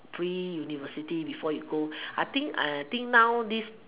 pre university before you go I think I think now this